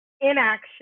inaction